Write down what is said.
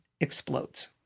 explodes